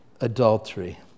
Adultery